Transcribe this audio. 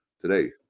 today